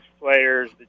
players